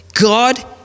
God